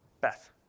Beth